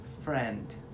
friend